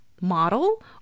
model